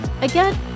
again